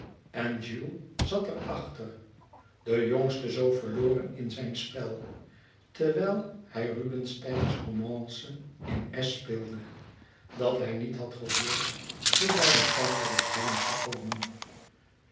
zat er achter de jongste zoo verloren in zijn spel terwijl hij rubinsteins romance in es speelde dat hij niet had gehoord hoe zijne tante was binnen